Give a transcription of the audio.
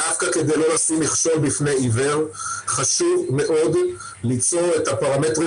דווקא כדי לא לשים מכשול בפני עיוור חשוב ליצור את הפרמטרים